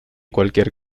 cualquier